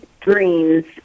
dreams